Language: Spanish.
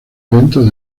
eventos